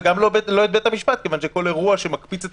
וגם לא את בית המשפט מכיוון שכל אירוע שמקפיץ את